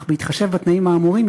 אך בהתחשב בתנאים האמורים,